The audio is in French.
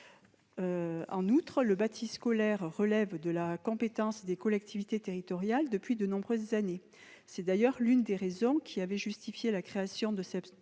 En outre, le bâti scolaire relève de la compétence des collectivités territoriales depuis de nombreuses années. C'est d'ailleurs l'une des raisons qui avaient justifié la création de cet